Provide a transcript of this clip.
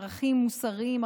ערכים מוסריים,